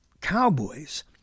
cowboys